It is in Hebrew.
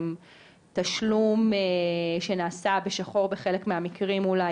תשלום שנעשה בשחור בחלק מהמקרים אולי,